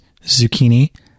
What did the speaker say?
zucchini